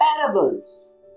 parables